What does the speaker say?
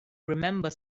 remember